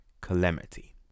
calamity